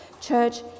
church